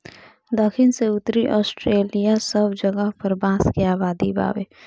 दखिन से उत्तरी ऑस्ट्रेलिआ सब जगह पर बांस के आबादी बावे